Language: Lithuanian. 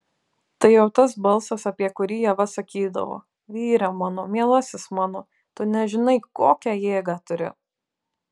tai jau tas balsas apie kurį ieva sakydavo vyre mano mielasis mano tu nežinai kokią jėgą turi